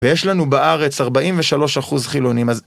ויש לנו בארץ 43 אחוז חילונים אז...